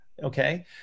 Okay